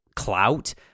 clout